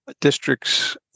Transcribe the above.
Districts